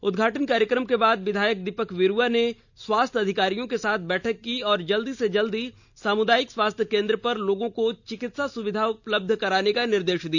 उदघाटन कार्यक्रम के बाद विधायक दीपक बिरुवा ने स्वास्थ्य अधिकारियों के साथ बैठक की और जल्द से जल्द सामुदायिक स्वास्थ्य केंद्र पर लोगों को चिकित्सा सुविधा प्रदान करने का निर्देश दिया